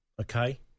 okay